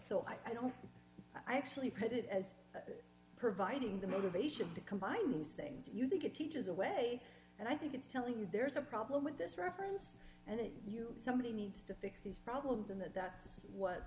so i don't i actually put it as providing the motivation to combine these things you think it teaches away and i think it's telling you there is a problem with this reference and that you somebody needs to fix these problems and that's what